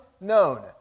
known